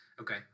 Okay